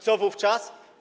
Co wówczas?